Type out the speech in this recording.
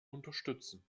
unterstützen